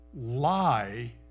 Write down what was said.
Lie